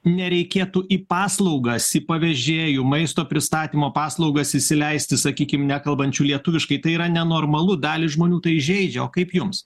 nereikėtų į paslaugas į pavežėjų maisto pristatymo paslaugas įsileisti sakykim nekalbančių lietuviškai tai yra nenormalu dalį žmonių tai žeidžia o kaip jums